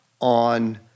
on